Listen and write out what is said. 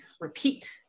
repeat